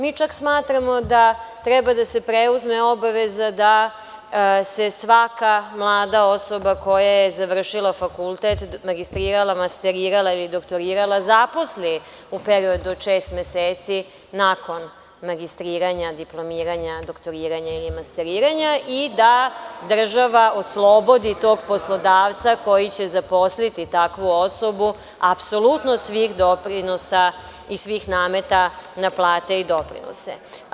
Mi čak smatramo da treba da se preuzme obaveza da se svaka mlada osoba koja je završila fakultet, magistrirala, masterirala ili doktorirala, zaposli u periodu od šest meseci nakon magistriranja, diplomiranja, doktoriranja ili masteriranja i da država oslobodi tog poslodavca koji će zaposliti takvu osobu, apsolutno svih doprinosa i svih nameta na plate i doprinose.